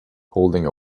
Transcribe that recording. holding